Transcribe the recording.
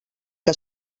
què